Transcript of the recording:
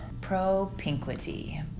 Propinquity